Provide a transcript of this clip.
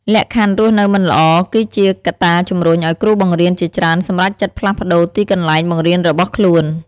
លក្ខខណ្ឌរស់នៅមិនល្អ គឺជាកត្តាជំរុញឲ្យគ្រូបង្រៀនជាច្រើនសម្រេចចិត្តផ្លាស់ប្តូរទីកន្លែងបង្រៀនរបស់ខ្លួន។